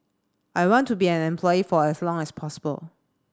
I want to be an employee for as long as possible